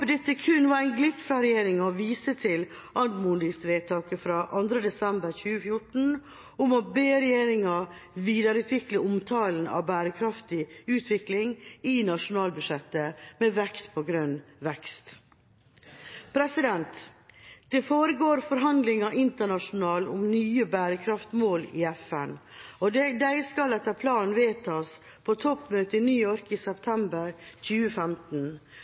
dette kun var en glipp fra regjeringa og viser til anmodningsvedtaket fra 1. desember 2014 om å be regjeringa «videreutvikle omtalen av bærekraftig utvikling» i nasjonalbudsjettet, «med vekt på grønn vekst». Det foregår forhandlinger internasjonalt om nye bærekraftsmål i FN. De skal etter planen vedtas på toppmøtet i New York i september 2015.